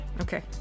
Okay